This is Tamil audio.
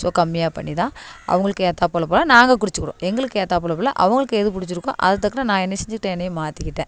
ஸோ கம்மியாக பண்ணி தான் அவர்களுக்கு ஏற்றாப்புல போல நாங்கள் குடிச்சுக்குறோம் எங்களுக்கு ஏற்றாப்புல போல அவர்களுக்கு எது பிடிச்சிருக்கோ அதுக்கு தக்கன நான் என்ன செஞ்சுக்கிட்டேன் என்னை மாற்றிக்கிட்டேன்